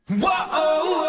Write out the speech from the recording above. whoa